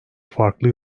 farklı